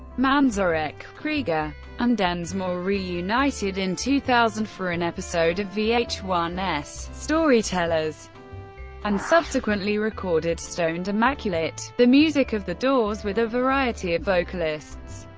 manzarek, krieger and densmore reunited in two thousand for an episode of v h one zero s storytellers and subsequently recorded stoned immaculate the music of the doors with a variety of vocalists.